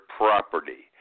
property